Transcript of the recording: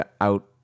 out